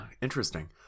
interesting